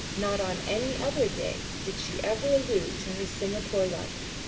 not on any other day did she ever allude to her singapore life.